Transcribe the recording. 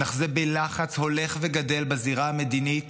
נחזה בלחץ הולך וגדל בזירה המדינית